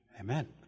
Amen